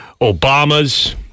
Obama's